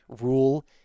rule